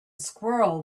squirrel